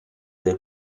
del